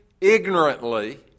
ignorantly